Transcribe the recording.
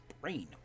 Brain